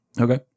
Okay